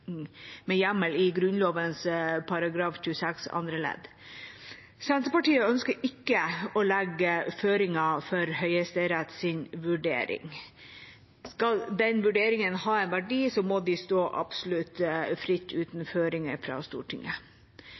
med hjemmel i Grunnloven § 26 annet ledd. Senterpartiet ønsker ikke å legge føringer for Høyesteretts vurdering. Skal den vurderingen ha en verdi, må de stå absolutt fritt uten føringer fra Stortinget.